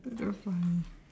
that's damn funny